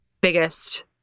biggest